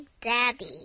Daddy